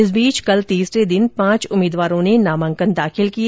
इस बीच कल तीसरे दिन पांच उम्मीदवारों ने नामांकन दाखिल किए